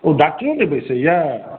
ओ डॉक्टरो नहि बैसेया